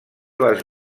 les